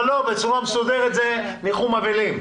לא, בצורה מסודרת זה ניחום אבלים.